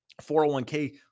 401k